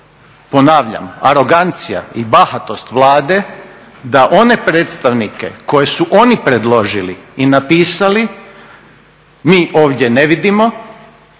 ponavljam, arogancija i bahatost Vlade da one predstavnike koje su oni predložili i napisali mi ovdje ne vidimo,